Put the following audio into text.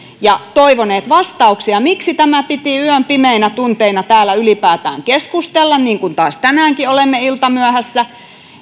ja toivoneet vastauksia miksi tämä piti yön pimeinä tunteina täällä ylipäätään keskustella niin kuin taas tänäänkin olemme iltamyöhässä